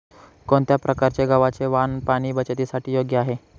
कोणत्या प्रकारचे गव्हाचे वाण पाणी बचतीसाठी योग्य आहे?